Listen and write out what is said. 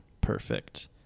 perfect